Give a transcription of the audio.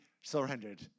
surrendered